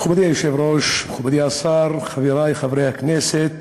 מכובדי היושב-ראש, מכובדי השר, חברי חברי הכנסת,